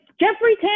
Jeffrey